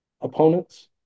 opponents